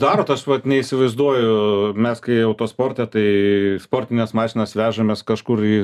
darot aš vat neįsivaizduoju mes kai autosporte tai sportines mašinas vežamės kažkur į